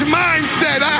mindset